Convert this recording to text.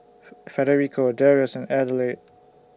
Federico Darrius and Adelaide